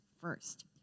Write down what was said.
first